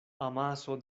amaso